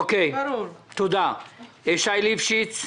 שי ליפשיץ,